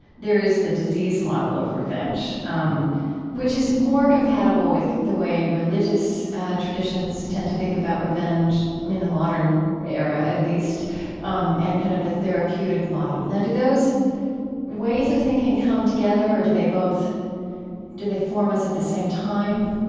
there is the disease model of revenge, um which is more compatible with the way religious traditions tend to think about revenge in the modern era, at least um and kind of the therapeutic model. now do those ways of thinking come together or do they both do they form us at the same time?